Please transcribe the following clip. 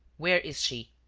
where is she?